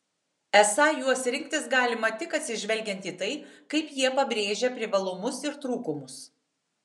esą juos rinktis galima tik atsižvelgiant į tai kaip jie pabrėžia privalumus ir trūkumus